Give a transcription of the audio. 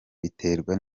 biterwa